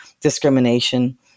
discrimination